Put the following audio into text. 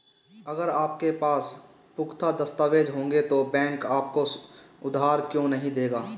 अगर आपके पास पुख्ता दस्तावेज़ होंगे तो बैंक आपको उधार क्यों नहीं देगा?